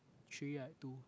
three right two